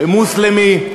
מוסלמי,